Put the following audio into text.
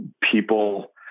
people